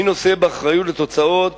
מי נושא באחריות לתוצאות